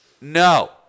no